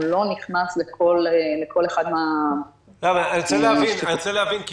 הוא לא נכנס לכל אחד --- אני רוצה להבין כי